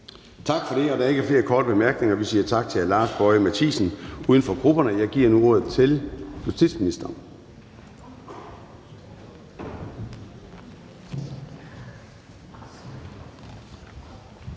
Tak for det. Der er ikke flere korte bemærkninger. Vi siger tak til hr. Lars Boje Mathiesen, uden for grupperne. Jeg giver nu ordet til justitsministeren.